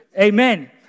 Amen